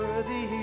Worthy